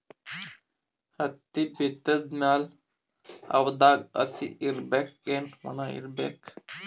ಹತ್ತಿ ಬಿತ್ತದ ಮ್ಯಾಲ ಹವಾದಾಗ ಹಸಿ ಇರಬೇಕಾ, ಏನ್ ಒಣಇರಬೇಕ?